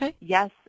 yes